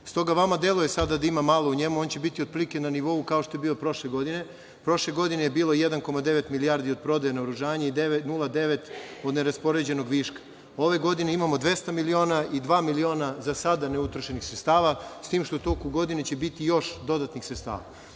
S toga vama deluje sada da ima malo u njemu, ali on će biti otprilike na nivou kao što je bio prošle godine. Prošle godine je bio 1,9 milijardi od prodaje naoružanja i 0,9 od neraspoređenog viška. Ove godine imamo 200 miliona i dva miliona za sada neutrošenih sredstava, s tim što će u toku godine biti još dodatnih sredstava.E